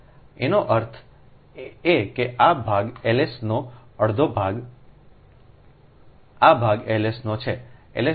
એનો અર્થ એ કે આ ભાગ Ls નો અડધો ભાગ આ ભાગ Ls નો છે Ls 0